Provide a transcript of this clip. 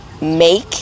make